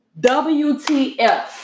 WTF